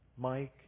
Mike